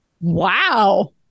wow